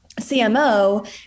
CMO